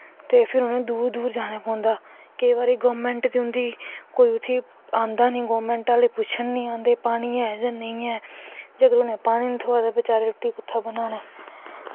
ते फिर उनें दूर दूर जानें पौंदा केई बारी गौरमैंट दिंदी उत्थें आंदा नी गौरमैंट आह्ले नी आंदे पानी है जां नेंई ऐं जेकर उनैं पानी नी थ्होऐ ते उनैं रुट्टी कुत्थां दा बनानी